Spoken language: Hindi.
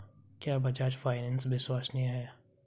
क्या बजाज फाइनेंस विश्वसनीय है?